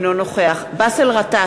אינו נוכח באסל גטאס,